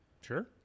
Sure